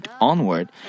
onward